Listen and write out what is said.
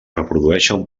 reprodueixen